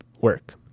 work